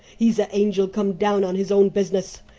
he's a angel come down on his own business.